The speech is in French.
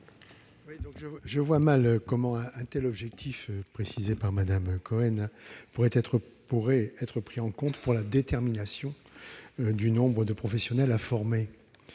Je vois mal comment un tel objectif pourrait être pris en compte pour la détermination du nombre de professionnels à former.